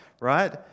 right